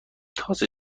تازه